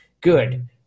Good